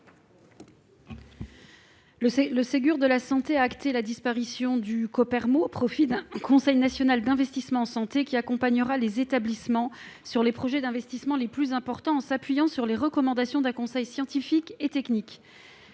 Le Ségur de la santé a prévu la disparition du Copermo au profit d'un Conseil national de l'investissement en santé (CNIS) qui accompagnera les établissements sur les projets d'investissement les plus importants, en s'appuyant sur les recommandations d'un conseil scientifique et technique.